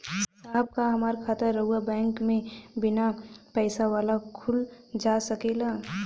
साहब का हमार खाता राऊर बैंक में बीना पैसा वाला खुल जा सकेला?